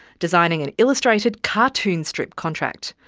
designing an illustrated cartoon strip contract.